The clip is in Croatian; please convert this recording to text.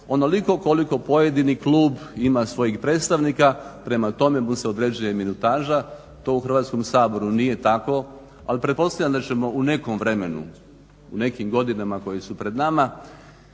onoliko koliko pojedini klub ima svojih predstavnika. Prema tome mu se određuje minutaža. To u Hrvatskom saboru nije tako. Ali pretpostavljam da ćemo u nekom vremenu, nekim godinama koje su pred nama